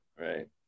right